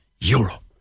euro